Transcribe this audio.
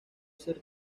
ser